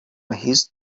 his